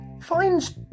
finds